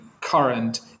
current